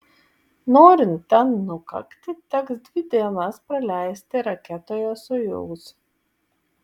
norint ten nukakti teks dvi dienas praleisti raketoje sojuz